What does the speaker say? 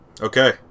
Okay